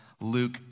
Luke